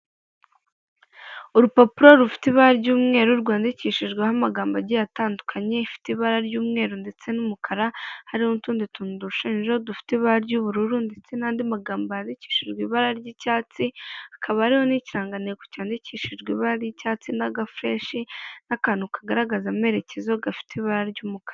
Urupapuro rufite ibara ry'umweru rwandikishijweho amagambo agiye atandukanye afite ibara ry'umweru ndetse n'umukara hari n'utundi tuntu dushushanyijeho o dufite ibara ry'ubururu ndetse n'andi magambo yandikishijwe ibara ry'icyatsi, hakaba hariho n'ikirangantego cyandikishijwe ibara ry'icyatsi n'agafreshi n'akantu kagaragaza amerekezo gafite ibara ry'umukara.